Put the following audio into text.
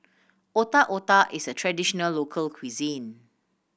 Otak Otak is a traditional local cuisine